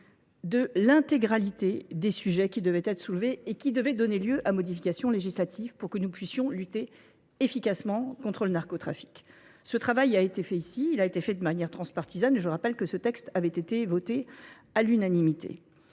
de l'intégralité des sujets qui devaient être soulevés et qui devaient donner lieu à modifications législatives pour que nous puissions lutter efficacement contre le narcotrafique. Ce travail a été fait ici, il a été fait de manière transpartisane et je rappelle que ce texte avait été voté à l'unanimité.